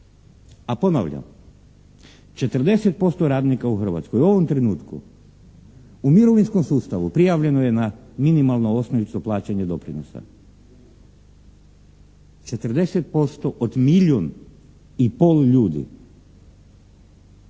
A ponavljam, 40% radnika u Hrvatskoj u ovom trenutku u mirovinskom sustavu prijavljeno je na minimalnu osnovicu plaćanja doprinosa. 40% od milijun i pol ljudi.